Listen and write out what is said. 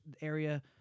area